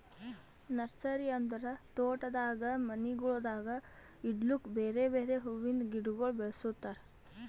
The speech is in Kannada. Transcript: ನರ್ಸರಿ ಅಂದುರ್ ತೋಟದಾಗ್ ಮನಿಗೊಳ್ದಾಗ್ ಇಡ್ಲುಕ್ ಬೇರೆ ಬೇರೆ ಹುವಿಂದ್ ಗಿಡಗೊಳ್ ಬೆಳುಸ್ತಾರ್